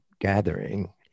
gathering